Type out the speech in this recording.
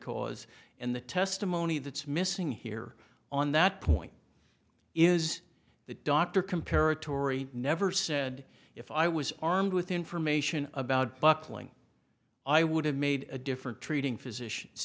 cause and the testimony that's missing here on that point is that dr complera tory never said if i was armed with information about buckling i would have made a different treating physicians